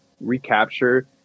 recapture